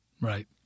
right